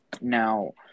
Now